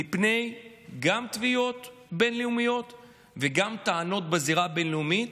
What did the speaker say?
גם מפני תביעות בין-לאומיות וגם מפני טענות בזירה הבין-לאומית,